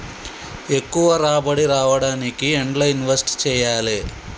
ఎక్కువ రాబడి రావడానికి ఎండ్ల ఇన్వెస్ట్ చేయాలే?